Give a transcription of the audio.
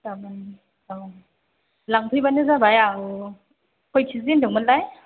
गाबोन औ लांफैब्लानो जाबाय आं खय केजि होनदोंमोनलाय